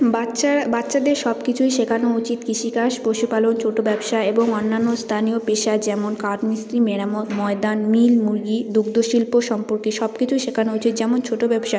বাচ্চারা বাচ্চাদের সব কিছুই শেখনো উচিত কৃষিকাজ পশুপালন ছোটো ব্যবসা এবং অন্যান্য স্তানীয় পেশা যেমন কাঠ মিস্ত্রি মেরামত ময়দান মিল মুরগি দুগ্ধ শিল্প সম্পর্কে সব কিচুই শেখানো উচিত যেমন ছোটো ব্যবসা